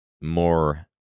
more